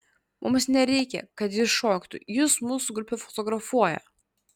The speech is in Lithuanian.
mums nereikia kad jis šoktų jis mūsų grupę fotografuoja